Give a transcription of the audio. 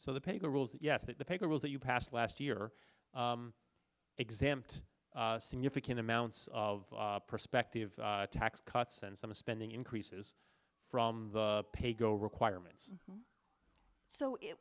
so the paper rules yes that the paper rules that you passed last year exempt significant amounts of perspective tax cuts and some of spending increases from the pay go requirements so it